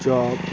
chop